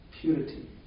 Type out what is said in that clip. purity